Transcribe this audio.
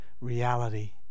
reality